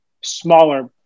smaller